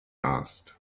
asked